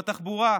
בתחבורה,